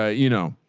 ah you know,